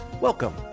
Welcome